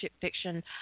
fiction